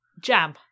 Jam